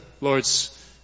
Lord's